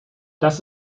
das